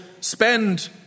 spend